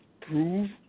prove